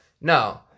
No